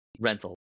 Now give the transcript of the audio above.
rental